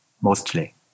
mostly